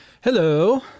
Hello